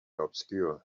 obscure